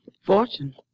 Fortune